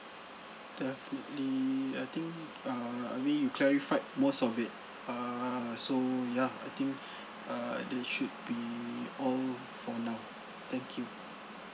that would be I think err I mean you clarified most of it err so ya I think err it should be all for now thank you